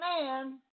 man